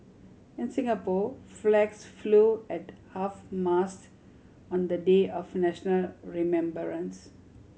in Singapore flags flew at half mast on the day of national remembrance